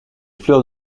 fleurs